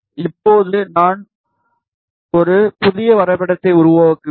இப்போது நான் ஒரு புதிய வரைபடத்தை உருவாக்குவேன்